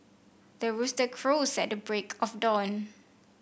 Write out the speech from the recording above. the rooster crows at the break of dawn